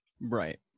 Right